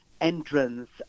entrance